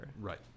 Right